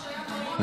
תודה, אדוני.